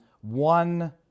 one